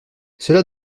cela